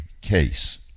case